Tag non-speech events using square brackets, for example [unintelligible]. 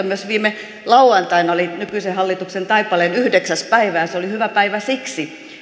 [unintelligible] myös kun viime lauantaina oli nykyisen hallituksen taipaleen yhdeksäs päivä ja se oli hyvä päivä siksi